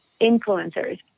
influencers